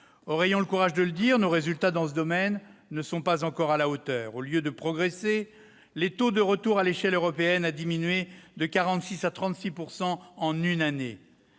ayons le courage de le dire, nos résultats dans ce domaine ne sont pas encore à la hauteur. Au lieu de progresser, le taux de retour à l'échelle européenne a diminué de 46 % à 36 % en une année.